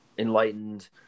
enlightened